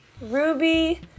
Ruby